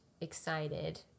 excited